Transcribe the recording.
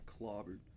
clobbered